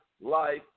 life